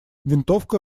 винтовка